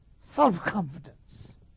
self-confidence